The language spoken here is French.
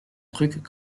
truc